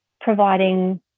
providing